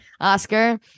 Oscar